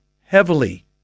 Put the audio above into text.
heavily